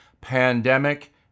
pandemic